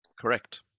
Correct